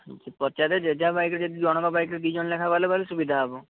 ପଚାରେ ଯେଝା ବାଇକ୍ରେ ଯଦି ଜଣକ ବାଇକ୍ରେ ଯଦି ଦୁଇ ଜଣ ଲେଖାଏଁ ଗଲେ ସୁବିଧା ହେବ